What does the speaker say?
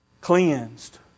cleansed